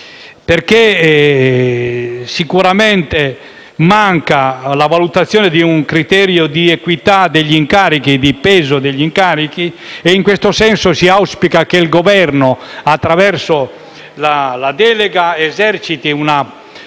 perché sicuramente manca la valutazione di un criterio di equità di peso degli incarichi e, in questo senso, si auspica che il Governo, attraverso la delega, eserciti una